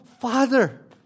father